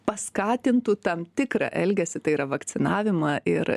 paskatintų tam tikrą elgesį tai yra vakcinavimą ir